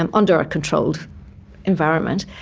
and under a controlled environment,